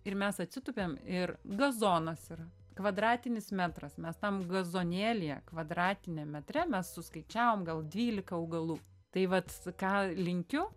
ir mes atsitūpėm ir gazonas yra kvadratinis metras mes tam gazonėlyje kvadratiniam metre mes suskaičiavom gal dvylika augalų tai vat ką linkiu